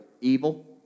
evil